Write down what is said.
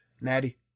Natty